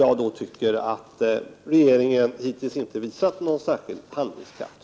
Tyvärr tycker jag att regeringen i fråga om detta hittills inte har visat någon särskilt stor handlingskraft.